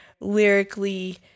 Lyrically